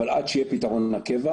אבל עד שיהיה פתרון קבע.